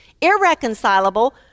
irreconcilable